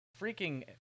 freaking